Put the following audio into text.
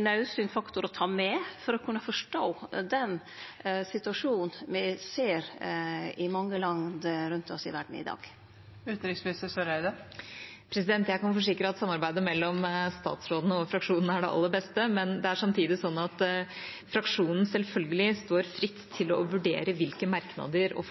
naudsynt faktor å ta med for å kunne forstå den situasjonen me ser i mange land rundt oss i verda i dag? Jeg kan forsikre om at samarbeidet mellom utenriksministeren og fraksjonen er det aller beste, men det er samtidig slik at fraksjonen selvfølgelig står fritt til å vurdere hvilke merknader og